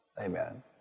Amen